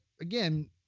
again